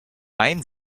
ein